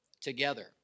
together